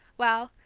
well,